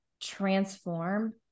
transform